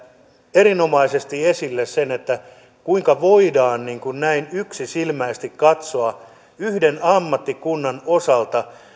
erinomaisesti esille sen kuinka voidaan näin yksisilmäisesti katsoa ja voidaan yhden ammattikunnan osalta